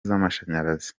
z’amashanyarazi